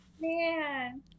man